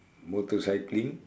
motorcycling